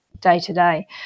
day-to-day